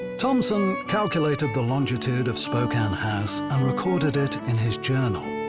thompson calculated the longitude of spokane house and recorded it in his journal.